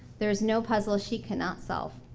there is no puzzle she cannot solve.